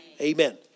Amen